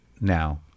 now